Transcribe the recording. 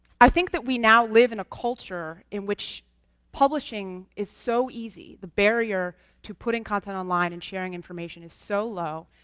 i think we now live in a culture in which publishing is so easy the barrier to putting content online and sharing information is so low,